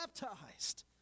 baptized